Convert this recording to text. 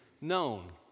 known